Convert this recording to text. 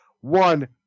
one